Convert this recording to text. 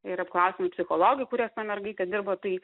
ir apklausiami psichologai kurie su ta mergaite dirbo tai